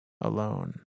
alone